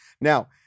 now